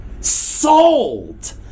Sold